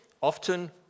often